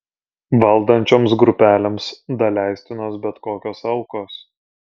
valdančioms grupelėms daleistinos bet kokios aukos